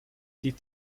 geht